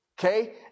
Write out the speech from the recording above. Okay